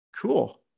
cool